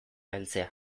heltzea